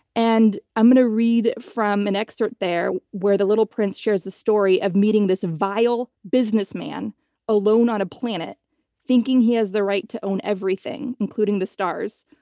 and i'm going to read from an excerpt there where the little prince shares the story of meeting this vile businessman alone on a planet thinking he has the right to own everything, including the stars.